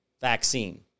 vaccine